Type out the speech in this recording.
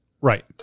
Right